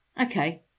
okay